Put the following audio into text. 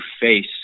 face